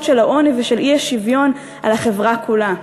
של העוני ושל האי-שוויון על החברה כולה.